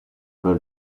per